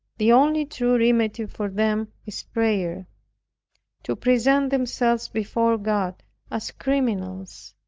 the only true remedy for them is prayer to present themselves before god as criminals,